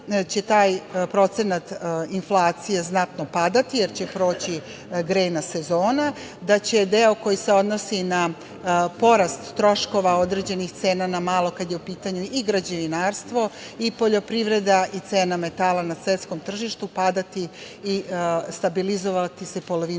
jula će taj procenat inflacije znatno padati, jer će proći grejna sezona, da će deo koji se odnosi na porast troškova određenih cena na malo kada je u pitanju i građevinarstvo, i poljoprivreda, i cena metala na svetskom tržištu padati i stabilizovati se polovinom